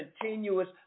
continuous